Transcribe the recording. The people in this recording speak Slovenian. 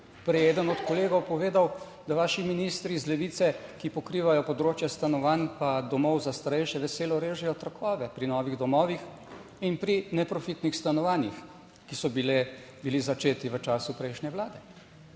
je eden od kolegov povedal, da vaši ministri iz Levice, ki pokrivajo področja stanovanj pa domov za starejše, veselo režejo trakove pri novih domovih in pri neprofitnih stanovanjih, ki so bili začeti v času prejšnje vlade.